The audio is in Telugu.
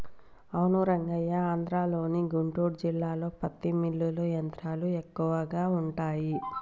అవును రంగయ్య ఆంధ్రలోని గుంటూరు జిల్లాలో పత్తి మిల్లులు యంత్రాలు ఎక్కువగా ఉంటాయి